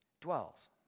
dwells